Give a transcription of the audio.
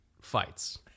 fights